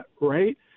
right